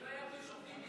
שלא יהיו שופטים מזרחיים,